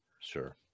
Sure